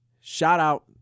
shout-out